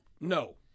No